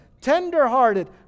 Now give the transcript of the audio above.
tenderhearted